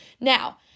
Now